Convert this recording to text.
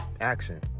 action